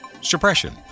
suppression